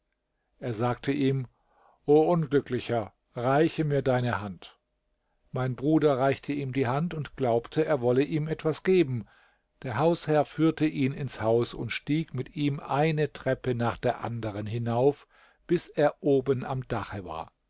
er sagte ihm o unglücklicher reiche mir deine hand mein bruder reichte ihm die hand und glaubte er wolle ihm etwas geben der hausherr führte ihn ins haus und stieg mit ihm eine treppe nach der anderen hinauf bis er oben am dache war